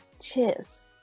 Cheers